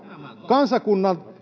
kansakunta